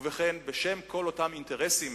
ובכן, בשם כל אותם אינטרסים